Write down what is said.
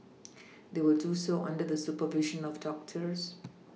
they will do so under the supervision of doctors